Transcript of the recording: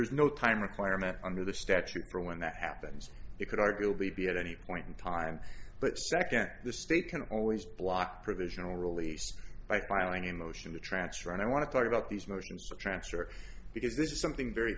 there's no time requirement under the statute for when that happens it could arguably be at any point in time but second the state can always block provisional release by filing a motion to transfer and i want to talk about these motions transfer because this is something very